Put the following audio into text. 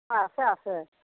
আছে আছে